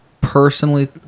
personally